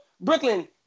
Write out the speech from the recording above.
Brooklyn